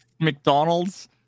McDonald's